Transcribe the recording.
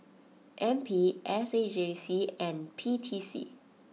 N P S A J C and P T C